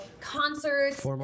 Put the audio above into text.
Concerts